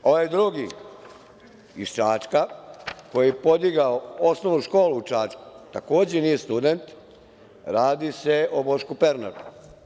Ovaj drugi, iz Čačka, koji je podigao Osnovnu školu u Čačku, takođe nije student, radi se o Bošku Pernatu.